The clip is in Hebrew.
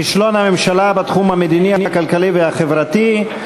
כישלון הממשלה בתחום המדיני, הכלכלי והחברתי.